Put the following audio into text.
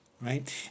right